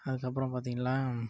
அதுக்கப்புறம் பார்த்திங்ன்னா